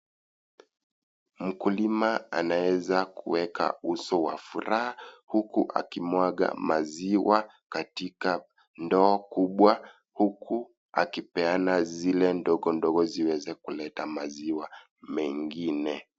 Mkulima anaeza kuweka uso wafuraha huku akimwaga maziwa katika ndoo kubwa huku akipeana zile ndogo ndogo ziweze kuleta maziwa mengine.